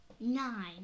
Nine